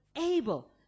able